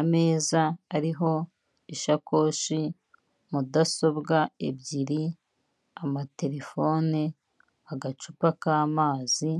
ameza ariho isakoshi mudasobwa ebyiri amaterefone agacupa k'amazi.